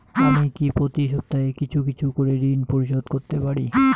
আমি কি প্রতি সপ্তাহে কিছু কিছু করে ঋন পরিশোধ করতে পারি?